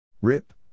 Rip